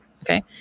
Okay